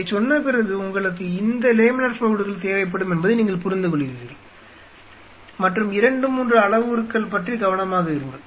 இதைச் சொன்ன பிறகு உங்களுக்கு இந்த லேமினார் ஃப்ளோ ஹூட்கள் தேவைப்படும் என்பதை நீங்கள் புரிந்துகொள்கிறீர்கள் மற்றும் 2 3 அளவுருக்கள் பற்றி கவனமாக இருங்கள்